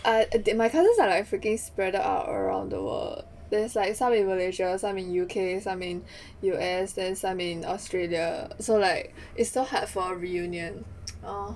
err my cousins are like freaking spreader out around the world there's like some in malaysia some in U_K some in U_S then some in australia so like it's so hard for reunion uh